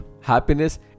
happiness